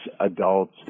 adults